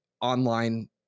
online